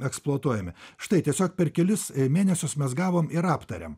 eksploatuojami štai tiesiog per kelis mėnesius mes gavom ir aptarėm